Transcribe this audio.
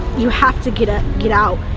you have to get ah get out.